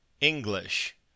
English